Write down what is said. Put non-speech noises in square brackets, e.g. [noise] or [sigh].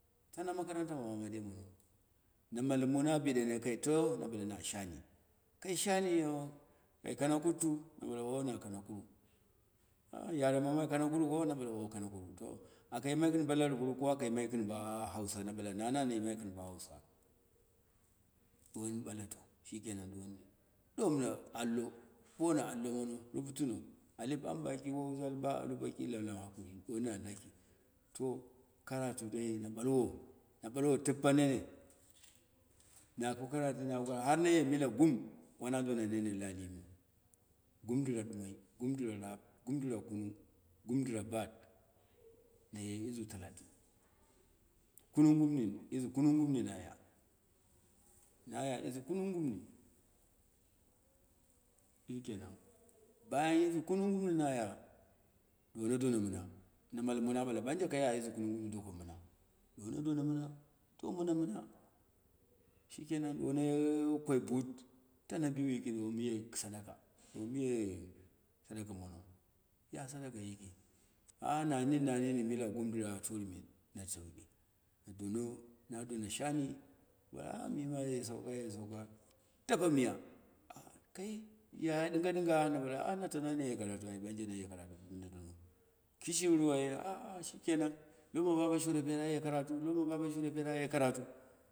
Tano makaranta ma muhammadiya mono, na malim mona a bɨdene kaito na bale na shani, kai shani, ouh, kai kanahuttu na bale anh, wanu kanakuruu, yare mogo kana kuru ko oh kanuluwu, to aka yimai gɨn bo capuru ko aka yimai gɨn bo hausa? Ana bale nani ana yimai gɨn bo hausa. Duwani bal no to shike nan ɗuwan boni allo, bono allo mono rubutuno, aliti, ambaki ba alu ammaki wau zal ba abu bali tallan hakuri to karatu da na bulwo tippa nene, naka karatu har naye mila gum wana dona nene lalii me guni dira dumoi, gumdira raab, gundira kunuu, gumdira baat, naye izu talatin, ku nu gumni, izu kanu gunni naya naya izu kunu guni, shikenan buyan izu kunu gunni naya duwano ɗono mina, na malim moni at bulno buuse kaya izu kuna gumni tako mina, duwono dono min do mono mina shiƙena, duwano koi boot tuno biu yiki duwamo ye suduka duwamu ya sadaka yiki, ali nu nini na nini mila gum dira torɨmen na saake na dono na dona shan [hesitation] miyim aye kai ya dinga dinga [hesitation] na tano naye karatu ai naye karatu kimiru [hesitation] lama baba shore pra aye karatu, lomn baba shore pera aye karatu.